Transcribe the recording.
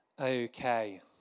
Okay